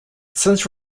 since